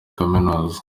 kaminuza